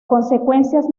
consecuencias